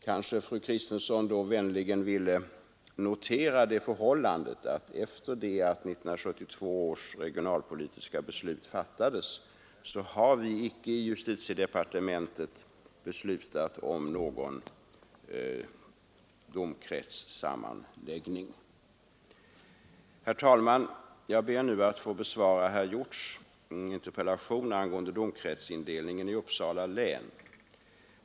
Kanske fru Kristensson då vänligen ville notera det förhållandet att sedan 1972 års regionalpolitiska beslut fattades har vi icke i justitiedepartementet beslutat om någon domkretssammanläggning. Herr talman! Jag ber nu att få besvara herr Hjorths interpellation angående domkretsindelningen i Uppsala län.